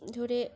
ধরে